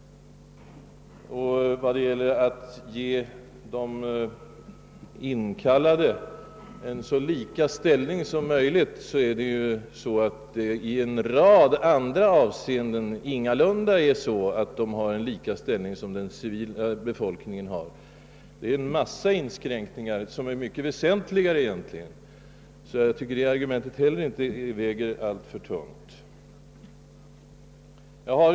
Vad gäller att ge de inkallade en så likartad ställning som möjligt förhåller det sig ju så, att de i en rad andra avseenden ingalunda har samma ställning som den civila befolkningen. Det råder en mängd inskränkningar, som egentligen är mycket väsentligare än den nu gällande beträffande öl. Inte heller det argumentet tycks mig alltså väga alltför tungt.